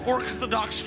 Orthodox